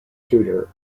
tutor